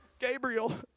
Gabriel